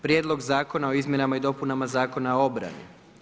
Prijedlog zakona o Izmjenama i dopunama Zakona o obrani.